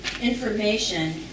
information